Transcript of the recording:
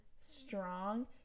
strong